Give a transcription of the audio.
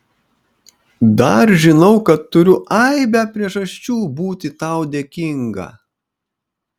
dar žinau kad turiu aibę priežasčių būti tau dėkinga